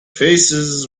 faces